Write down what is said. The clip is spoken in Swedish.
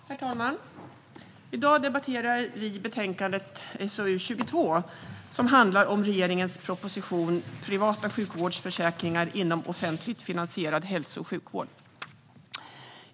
Herr talman! I dag debatterar vi betänkande SoU22 som handlar om regeringens proposition Privata sjukvårdsförsäkringar inom offentligt finansierad hälso och sjukvård .